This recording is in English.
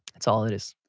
that's all it is.